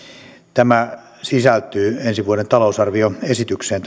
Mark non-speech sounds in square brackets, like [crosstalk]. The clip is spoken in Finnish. tämä lakiesitys sisältyy ensi vuoden talousarvioesitykseen [unintelligible]